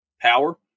power